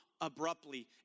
abruptly